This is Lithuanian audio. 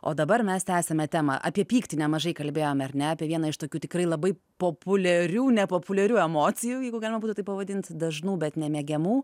o dabar mes tęsiame temą apie pyktį nemažai kalbėjome ar ne apie vieną iš tokių tikrai labai populiarių nepopuliarių emocijų jeigu galima būtų taip pavadinti dažnų bet nemėgiamų